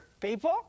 people